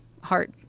heart